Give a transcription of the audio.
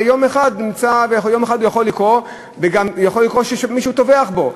ויום אחד יכול לקרות שמישהו טבח בו?